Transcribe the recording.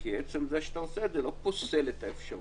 כי עצם זה שאתה עושה את זה לא פוסל את האפשרות